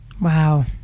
Wow